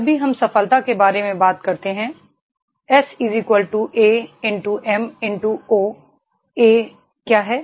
जब भी हम सफलता के बारे में बात करते हैं S A × M × O A क्या है